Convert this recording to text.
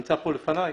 שנמצא פה לפניי,